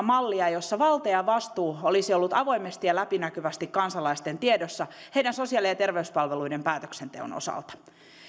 mallia jossa valta ja vastuu olisi ollut avoimesti ja läpinäkyvästi kansalaisten tiedossa heidän sosiaali ja terveyspalveluidensa päätöksenteon osalta